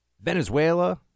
Venezuela